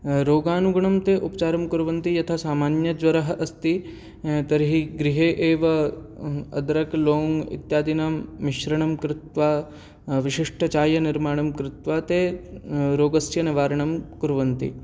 रोगानुगुणं ते उपचारं कुर्वन्ति यथा सामान्यज्वरः अस्ति तर्हि गृहे एव अद्रक लवङ्ग् इत्यादीनां मिश्रणं कृत्वा विशिष्टचायनिर्माणं कृत्वा ते रोगस्य निवारणं कुर्वन्ति